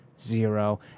zero